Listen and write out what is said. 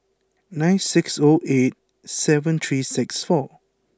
nine six zero eight seven three six four